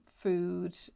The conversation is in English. food